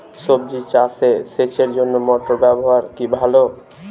সবজি চাষে সেচের জন্য মোটর ব্যবহার কি ভালো?